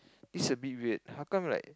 it's a bit weird how come like